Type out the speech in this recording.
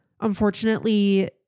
unfortunately